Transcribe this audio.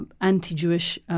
anti-Jewish